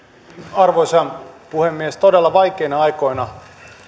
arvoisa puhemies todella vaikeina aikoina